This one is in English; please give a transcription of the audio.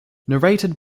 narrated